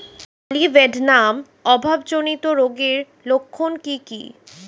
Molybdenum অভাবজনিত রোগের লক্ষণ কি কি?